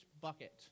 bucket